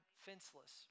fenceless